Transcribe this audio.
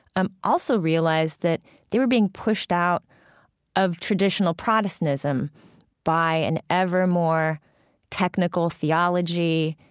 um also realized that they were being pushed out of traditional protestantism by an ever more technical theology